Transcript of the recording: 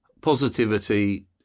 positivity